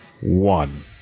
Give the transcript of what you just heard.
one